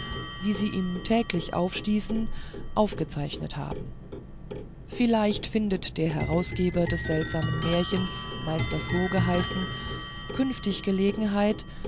wie sie ihm täglich aufstießen aufgezeichnet haben vielleicht findet der herausgeber des seltsamen märchens meister floh geheißen künftig gelegenheit